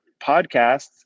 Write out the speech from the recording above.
Podcasts